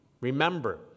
remember